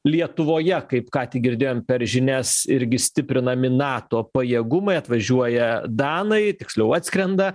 lietuvoje kaip ką tik girdėjom per žinias irgi stiprinami nato pajėgumai atvažiuoja danai tiksliau atskrenda